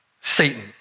Satan